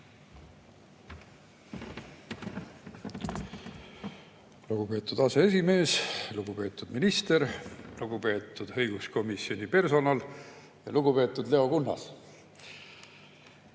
Lugupeetud aseesimees! Lugupeetud minister! Lugupeetud õiguskomisjoni personal! Lugupeetud Leo Kunnas!